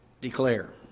Declare